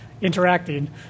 interacting